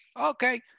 Okay